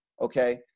okay